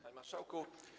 Panie Marszałku!